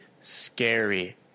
scary